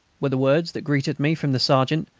were the words that greeted me from the sergeant,